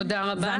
תודה רבה.